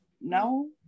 No